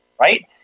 right